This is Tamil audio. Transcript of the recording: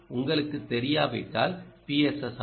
ஆர் உங்களுக்குத் தெரியாவிட்டால் பி